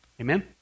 Amen